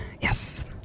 Yes